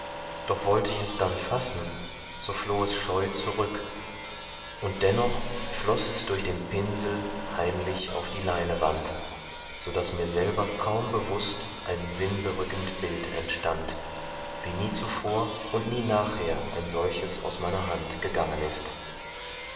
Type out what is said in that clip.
doch wollte ich es dann fassen so floh es scheu zurück und dennoch floß es durch den pinsel heimlich auf die leinewand so daß mir selber kaum bewußt ein sinnberückend bild entstand wie nie zuvor und nie nachher ein solches aus meiner hand gegangen ist